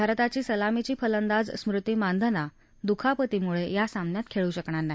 भारताची सलामीची फलंदाज स्मृती मानधना दुखापतीमुळत्री सामन्यात खद्धू शकणार नाही